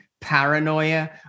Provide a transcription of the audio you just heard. paranoia